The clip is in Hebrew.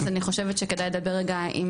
אז אני חושבת שכדאי לדבר רגע עם,